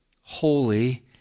holy